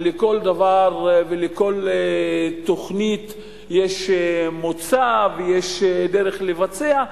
לכל תוכנית יש מוצא ויש דרך לבצע.